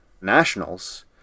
nationals